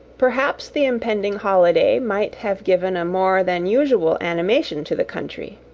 perhaps the impending holiday might have given a more than usual animation to the country,